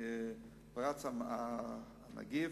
עם פרוץ הנגיף,